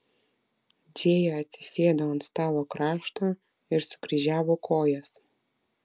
džėja atsisėdo ant stalo krašto ir sukryžiavo kojas